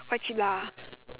quite cheap lah